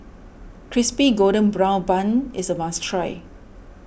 Crispy Golden Brown Bun is a must try